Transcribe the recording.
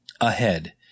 ahead